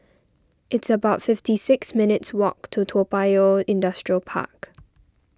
it's about fifty six minutes' walk to Toa Payoh Industrial Park